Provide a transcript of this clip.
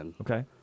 Okay